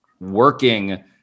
working